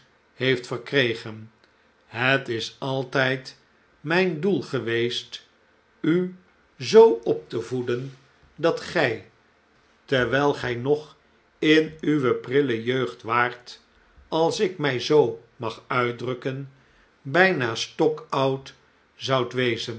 heeft verkregen het is altijd mijn dickens slechte tvjden slechte tijden doel geweest u zoo op te voeden dat gij terwijl gij nog in uwe prille jeugd waart als ikmij zoo mag uitdrukken bijna stokoud zoudt wezen